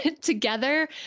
together